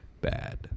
bad